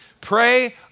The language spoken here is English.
Pray